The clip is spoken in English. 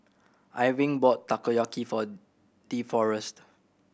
Irving bought Takoyaki for Deforest